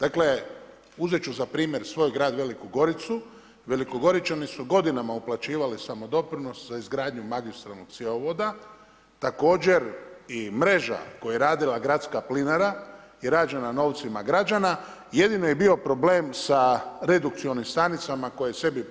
Dakle uzet ću za primjer svoj grad Veliku Goricu, Velikogoričani su godinama uplaćivali samodoprinos za izgradnju magistralnog cjevovoda, također i mreža koju je radila gradska plinara je rađena novcima građana, jedino je bio problem sa redukcionim stanicama koje je sebi